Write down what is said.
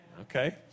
okay